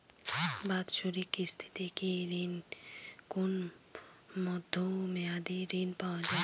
বাৎসরিক কিস্তিতে কি কোন মধ্যমেয়াদি ঋণ পাওয়া যায়?